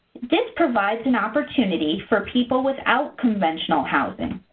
this provides an opportunity for people without conventional housing,